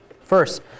First